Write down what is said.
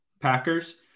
Packers